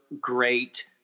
great